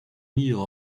meal